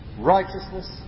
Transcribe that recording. righteousness